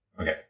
Okay